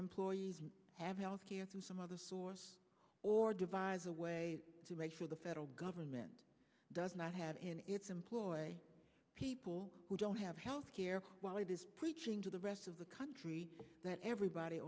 employees have health care through some other source or devise a way to make sure the federal government does not have in its employ people who don't have health care while preaching to the rest of the country that everybody